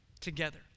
together